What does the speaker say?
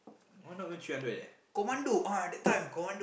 one not even three hundred